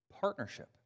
Partnership